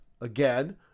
again